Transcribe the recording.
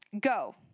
go